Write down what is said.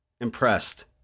impressed